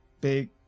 big